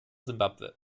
simbabwe